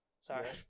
Sorry